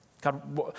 God